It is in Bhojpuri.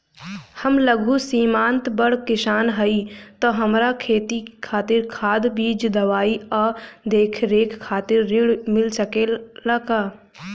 हम लघु सिमांत बड़ किसान हईं त हमरा खेती खातिर खाद बीज दवाई आ देखरेख खातिर ऋण मिल सकेला का?